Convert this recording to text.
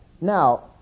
Now